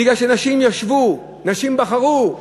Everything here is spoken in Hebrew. בגלל שנשים ישבו, נשים יבחרו?